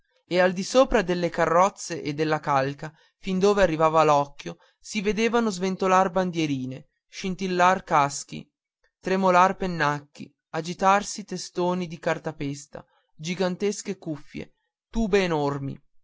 e al di sopra delle carrozze e della calca fin dove arrivava l'occhio si vedevano sventolar bandierine scintillar caschi tremolare pennacchi agitarsi testoni di cartapesta gigantesche cuffie tube enormi